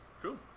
true